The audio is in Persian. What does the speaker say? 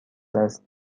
دست